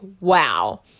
wow